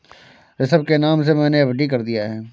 ऋषभ के नाम से मैने एफ.डी कर दिया है